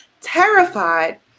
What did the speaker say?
terrified